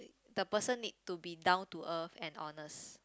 the person need to be down to earth and honest